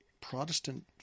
Protestant